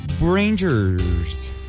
rangers